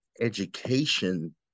education